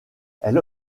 elle